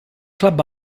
club